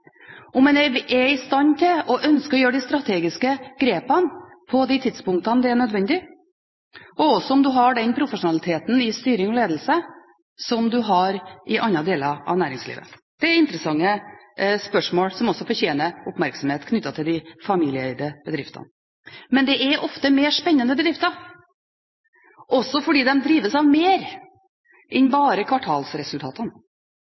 en del andre bedrifter, om en er i stand til og ønsker å gjøre de strategiske grepene på de tidspunktene det er nødvendig, og også om en har den profesjonaliteten i styring og ledelse som en har i andre deler av næringslivet. Det er interessante spørsmål, som også fortjener oppmerksomhet knyttet til de familieeide bedriftene. Men det er ofte mer spennende bedrifter, også fordi de drives av mer enn